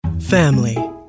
Family